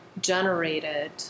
generated